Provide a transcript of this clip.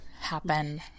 Happen